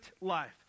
life